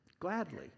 Gladly